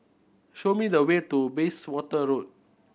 show me the way to Bayswater Road